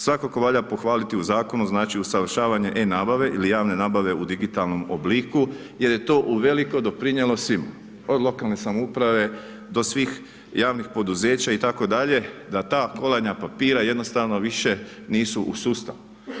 Svakako valja pohvaliti u zakonu znači usavršavanje e-nabave ili javne nabave u digitalnom obliku jer je to uveliko doprinijelo svima od lokalne samouprave do svih javnih poduzeća itd. da ta kolanja papira jednostavno više nisu u sustavu.